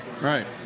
Right